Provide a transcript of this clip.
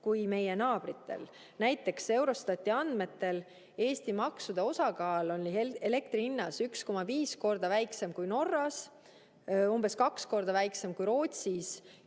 kui meie naabritel. Eurostati andmetel on Eesti maksude osakaal elektrihinnas 1,5 korda väiksem kui Norras, umbes 2 korda väiksem kui Rootsis